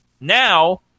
Now